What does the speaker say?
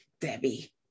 Debbie